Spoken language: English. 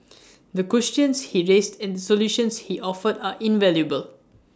the questions he raised and the solutions he offered are invaluable